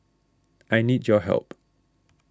I need your help